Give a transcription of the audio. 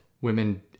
women